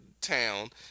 town